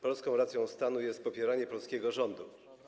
Polską racją stanu jest popieranie polskiego rządu.